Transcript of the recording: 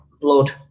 blood